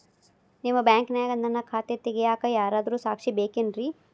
ನಿಮ್ಮ ಬ್ಯಾಂಕಿನ್ಯಾಗ ನನ್ನ ಖಾತೆ ತೆಗೆಯಾಕ್ ಯಾರಾದ್ರೂ ಸಾಕ್ಷಿ ಬೇಕೇನ್ರಿ?